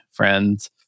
Friends